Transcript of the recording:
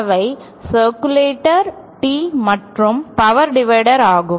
அவை சர்க்குலெட்டர்கள் Tees மற்றும் பவர் டிவைடர்ஆகும்